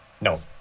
No